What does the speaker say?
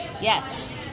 Yes